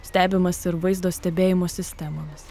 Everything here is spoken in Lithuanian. stebimas ir vaizdo stebėjimo sistemomis